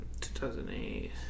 2008